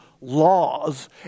laws